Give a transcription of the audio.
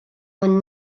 von